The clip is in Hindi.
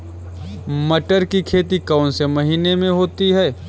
मटर की खेती कौन से महीने में होती है?